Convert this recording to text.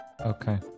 Okay